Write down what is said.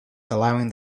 allowing